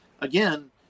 again